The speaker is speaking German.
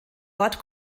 ort